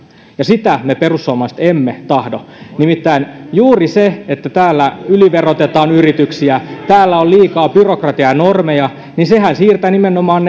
ja sitä me perussuomalaiset emme tahdo nimittäin juuri sehän että täällä yliverotetaan yrityksiä ja täällä on liikaa byrokratiaa ja normeja nimenomaan